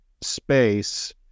space